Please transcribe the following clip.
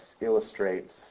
illustrates